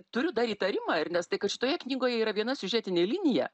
turiu dar įtarimą ernestai kad šitoje knygoje yra viena siužetinė linija